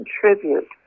contribute